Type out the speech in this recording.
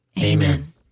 Amen